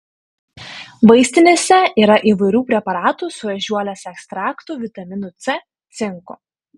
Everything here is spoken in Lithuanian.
vaistinėse yra įvairių preparatų su ežiuolės ekstraktu vitaminu c cinku